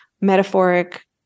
metaphoric